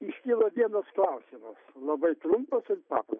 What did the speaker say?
iškyla vienas klausimas labai trumpas ir paprastas